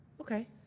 Okay